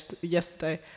yesterday